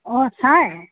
অঁ ছাৰ